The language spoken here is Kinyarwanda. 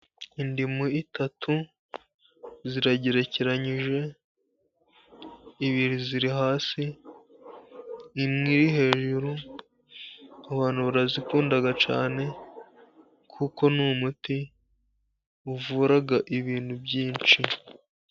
Indimu eshatu ziragerekeranyije. Ebyiri ziri hasi, imwe iri hejuru. Abantu barazikunda cyane kuko ni umuti uvura ibintu byinshi.